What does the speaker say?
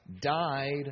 died